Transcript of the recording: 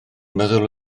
meddwl